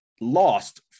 lost